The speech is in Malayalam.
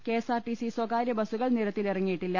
കെഎ സ്ആർടിസി സ്വകാര്യ ബസുകൾ നിരത്തിലിറങ്ങിയിട്ടില്ല